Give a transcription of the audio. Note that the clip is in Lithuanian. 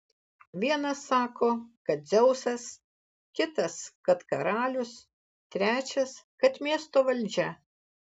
vienas sako kad dzeusas kitas kad karalius trečias kad miesto valdžia